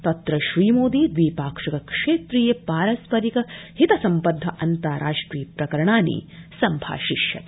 तत्र श्रीमोदी दवि पाक्षिक क्षेत्रीय पारस्परिक हित सम्बदध अन्ताराष्ट्रिय प्रकरणानि सम्भाषिष्यति